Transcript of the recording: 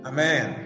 Amen